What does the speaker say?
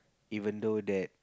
even though that